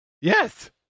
Yes